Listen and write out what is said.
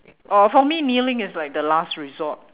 oh for me kneeling is like the last resort